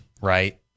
right